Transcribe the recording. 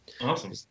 Awesome